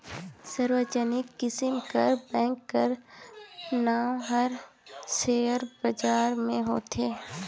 सार्वजनिक किसिम कर बेंक कर नांव हर सेयर बजार में होथे